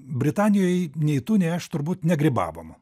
britanijoj nei tu nei aš turbūt negrybavom